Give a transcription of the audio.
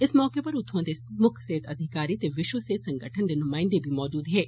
इस मौके उप्पर उत्थ्यआं दे मुक्ख सेहत अधिकारी ते विश्व सेहत संगठन दे नुमायन्दे बी मौजूद हे